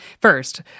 First